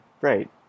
Right